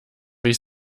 ich